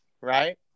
right